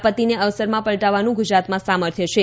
આપત્તિને અવસરમાં પલટાવવાનું ગુજરાતમાં સામર્થ્ય છે